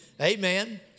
Amen